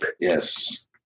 Yes